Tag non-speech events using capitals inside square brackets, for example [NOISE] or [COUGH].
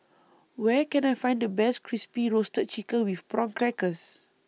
Where Can I Find The Best Crispy Roasted Chicken with Prawn Crackers [NOISE]